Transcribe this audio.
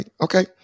Okay